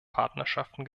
partnerschaften